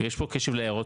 ויש פה קשב להערות,